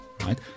right